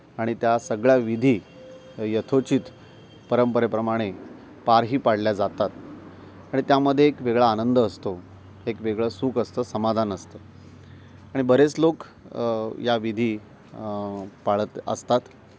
आणि त्या सगळ्या विधी यथोचित परंपरेप्रमाणे पारही पाडल्या जातात आणि त्यामध्ये एक वेगळा आनंद असतो एक वेगळं सुख असतं समाधान असतं आणि बरेच लोक या विधी पाळत असतात